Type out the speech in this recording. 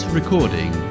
recording